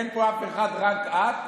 אין פה אף אחד, רק את,